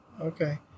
Okay